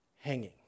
hanging